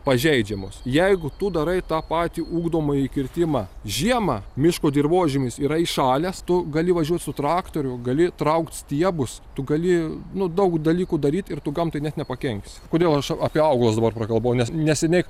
pažeidžiamos jeigu tu darai tą patį ugdomąjį kirtimą žiemą miško dirvožemis yra įšalęs tu gali važiuot su traktoriu gali traukt stiebus tu gali nu daug dalykų daryt ir tu gamtai net nepakenksi kodėl aš apie augalus dabar prakalbau nes neseniai